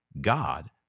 God